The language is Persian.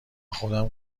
خودم